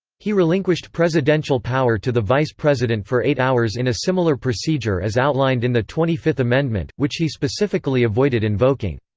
he relinquished presidential power to the vice president for eight hours in a similar procedure as outlined in the twenty fifth amendment, which he specifically avoided invoking.